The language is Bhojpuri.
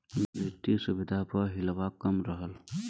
वित्तिय सुविधा प हिलवा कम रहल